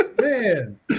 Man